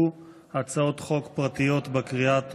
והוא הצעות חוק פרטיות לקריאה הטרומית.